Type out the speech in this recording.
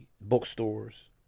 bookstores